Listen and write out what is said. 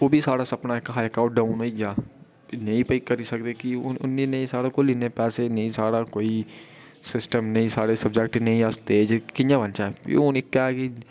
ओह्बी साढ़ा इक्क सपना हा ओह्बी डाऊन होइया नेईं भाई करी सकदे कि ओह् उ'न्ने नेईं साढ़े कोल इ'न्ने पैसे नेईं साढ़ा कोई सिस्टम नेईं साढ़े सब्जैक्ट नेईं अस तेज़ कियां बनचै भी हू'न इक्कै कि